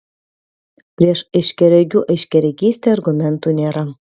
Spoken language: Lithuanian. prieš aiškiaregių aiškiaregystę argumentų nėra